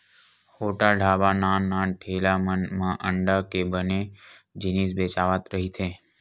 hotel, ढ़ाबा, नान नान ठेला मन म अंडा के बने जिनिस बेचावत रहिथे